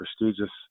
prestigious